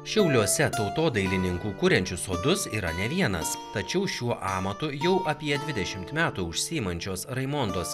šiauliuose tautodailininkų kuriančių sodus yra ne vienas tačiau šiuo amatu jau apie dvidešimt metų užsiimančios raimondos